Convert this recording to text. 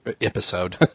Episode